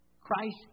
Christ